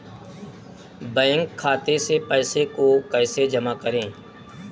Bank खाते से पैसे को कैसे जमा करें?